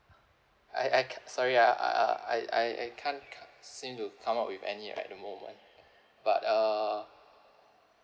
I I can't sorry ah I I I I can't seem to come up with any at the moment but uh